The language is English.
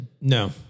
No